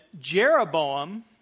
Jeroboam